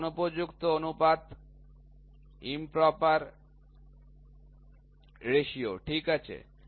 এটি অনুপযুক্ত অনুপাত ঠিক আছে